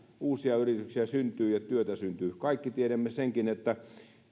uusia yrityksiä syntyy ja työtä syntyy kaikki tiedämme senkin että